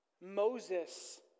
Moses